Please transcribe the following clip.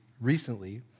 recently